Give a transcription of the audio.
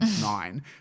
nine